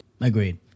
agreed